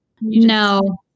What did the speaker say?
No